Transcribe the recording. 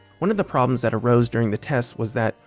one of the problems that arose during the tests was that,